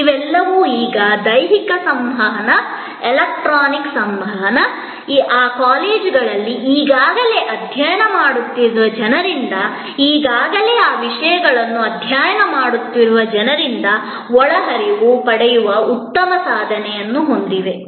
ಇವೆಲ್ಲವೂ ಈಗ ದೈಹಿಕ ಸಂವಹನ ಎಲೆಕ್ಟ್ರಾನಿಕ್ ಸಂವಹನ ಆ ಕಾಲೇಜುಗಳಲ್ಲಿ ಈಗಾಗಲೇ ಅಧ್ಯಯನ ಮಾಡುತ್ತಿರುವ ಜನರಿಂದ ಈಗಾಗಲೇ ಆ ವಿಷಯಗಳನ್ನು ಅಧ್ಯಯನ ಮಾಡುತ್ತಿರುವ ಜನರಿಂದ ಒಳಹರಿವು ಪಡೆಯುವ ಉತ್ತಮ ಸಾಧ್ಯತೆಯನ್ನು ಹೊಂದಿವೆ